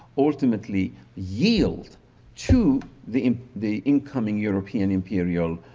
ultimately yield to the the incoming european imperial